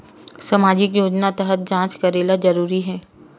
सामजिक योजना तहत जांच करेला जरूरी हे